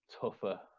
tougher